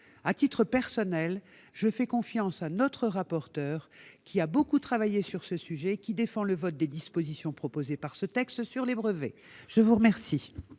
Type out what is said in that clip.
À titre personnel, je fais confiance à notre rapporteur, qui a beaucoup travaillé sur ce sujet et qui défend le vote des dispositions proposées par le projet de loi sur les brevets. L'amendement